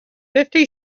fifty